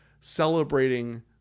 celebrating